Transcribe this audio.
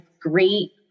great